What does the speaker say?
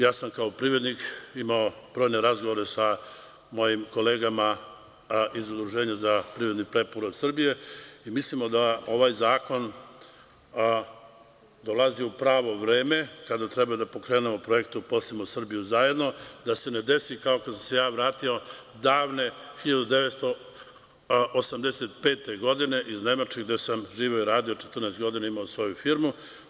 Ja sam kao privrednik imao brojne razgovore sa mojim kolegama iz Udruženja za privredni preporod Srbije i mislimo da ovaj zakon dolazi u pravo vreme kada treba da pokrenemo projekte, uposlimo Srbiju zajedno, da se ne desi kao kada sam se ja vratio davne 1985. godine iz Nemačke gde sam živeo i radio 14 godina, imao svoju firmu.